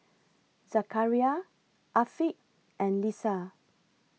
Zakaria Afiq and Lisa